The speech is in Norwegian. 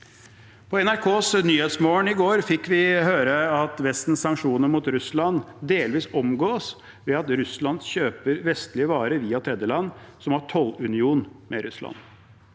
På NRKs Nyhetsmorgen i går fikk vi høre at Vestens sanksjoner mot Russland delvis omgås ved at Russland kjøper vestlige varer via tredjeland som har tollunion med Russland.